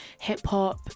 hip-hop